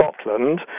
Scotland